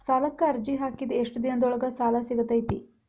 ಸಾಲಕ್ಕ ಅರ್ಜಿ ಹಾಕಿದ್ ಎಷ್ಟ ದಿನದೊಳಗ ಸಾಲ ಸಿಗತೈತ್ರಿ?